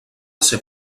ser